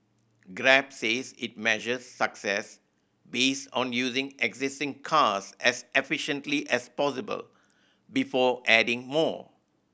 grab says it measures success based on using existing cars as efficiently as possible before adding more